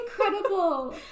incredible